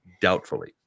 Doubtfully